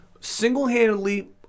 single-handedly